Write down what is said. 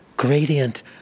Gradient